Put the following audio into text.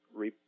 re